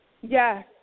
Yes